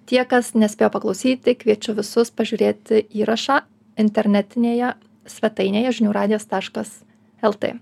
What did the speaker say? tie kas nespėjo paklausyti kviečiu visus pažiūrėti įrašą internetinėje svetainėje žinių radijas taškas lt